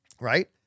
right